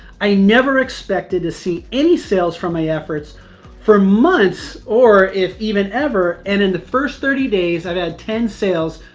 i never expected to see any sales from my efforts for months, or if even ever, and in the first thirty days i've had ten sales.